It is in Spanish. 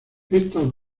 estas